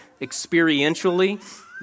experientially